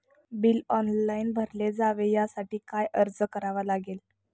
Bill online भरले जावे यासाठी काय अर्ज करावा लागेल?